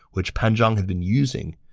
which pan zhang had been using.